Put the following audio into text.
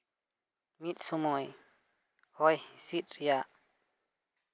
ᱢᱤᱫ ᱥᱚᱢᱚᱭ ᱦᱚᱭ ᱦᱤᱸᱥᱤᱫ ᱨᱮᱭᱟᱜ